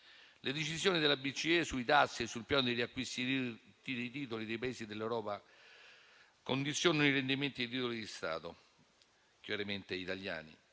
Le decisioni della BCE sui tassi e sul piano degli acquisti di titoli dei Paesi dell'Europa condizionano i rendimenti dei titoli di Stato, chiaramente italiani.